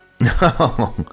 No